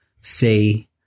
say